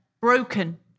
broken